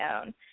own